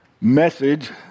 message